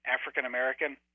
African-American